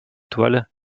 toiles